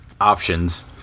options